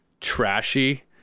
trashy